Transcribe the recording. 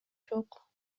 жок